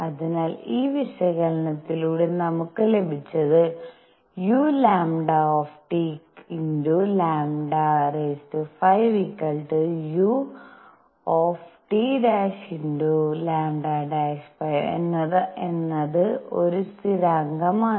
അതിനാൽ ഈ വിശകലനത്തിലൂടെ നമുക്ക് ലഭിച്ചത് uλλ5uT'λ5 എന്നത് ഒരു സ്ഥിരാങ്കമാണ്